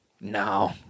No